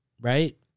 right